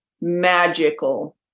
magical